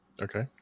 Okay